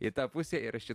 į tą pusę ir aš čia